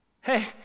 Hey